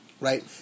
right